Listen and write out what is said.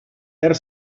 per